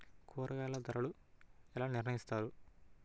కూరగాయల ధరలు ఎలా నిర్ణయిస్తారు?